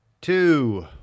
two